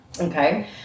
Okay